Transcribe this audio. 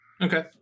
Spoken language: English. Okay